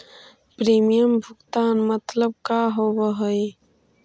Premium भुगतान मतलब का होव हइ?